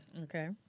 Okay